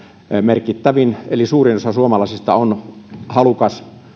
merkittävin eli suurin osa suomalaisista on halukas